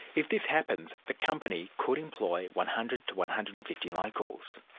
if this happens, the company could employ one hundred to one hundred and fifty locals.